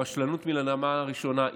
וזאת רשלנות מן הרמה הראשונה.